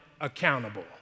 accountable